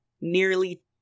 nearly